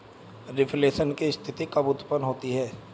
Reflation की स्थिति कब उत्पन्न होती है?